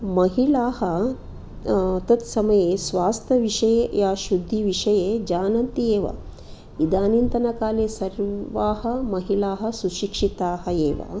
महिलाः तत्समये स्वास्थ्यविषये या शुद्धिविषये जानन्ति एव इदानीन्तनकाले सर्वाः महिलाः सुशिक्षिताः एव